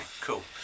cool